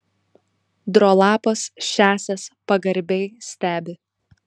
drolapas šiąsias pagarbiai stebi